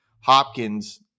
Hopkins